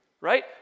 right